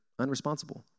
unresponsible